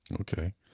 Okay